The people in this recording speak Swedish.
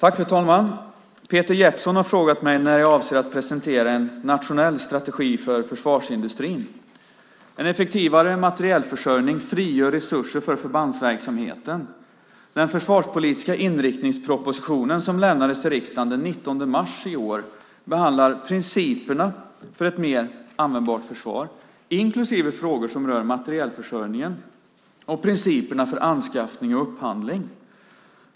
Fru talman! Peter Jeppsson har frågat mig när jag avser att presentera en nationell strategi för försvarsindustrin. En effektivare materielförsörjning frigör resurser för förbandsverksamheten. Den försvarspolitiska inriktningspropositionen, som lämnades till riksdagen den 19 mars i år, behandlar principerna för ett mer användbart försvar inklusive frågor som rör materielförsörjningen och principerna för anskaffning och upphandling.